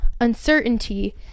uncertainty